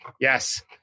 Yes